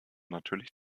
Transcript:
natürlich